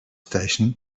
station